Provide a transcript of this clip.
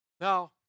Now